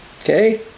Okay